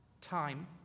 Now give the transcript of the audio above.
time